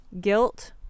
guilt